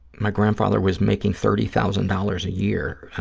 my grandfather was making thirty thousand dollars a year,